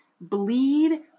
bleed